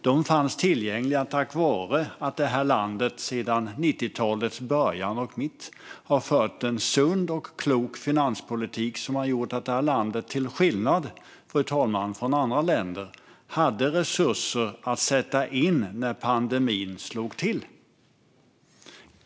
De fanns tillgängliga tack vare att det här landet sedan 90-talets början och mitt har fört en sund och klok finanspolitik som har gjort att det här landet, till skillnad från andra länder, hade resurser att sätta in när pandemin slog till.